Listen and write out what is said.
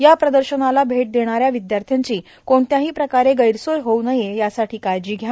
या प्रदर्शनाला भेट देणाऱ्या विद्यार्थ्यांची कोणत्याही प्रकारे गैरसोय होऊ नये यासाठी काळजी घ्या